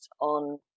on